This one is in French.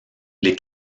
les